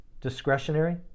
discretionary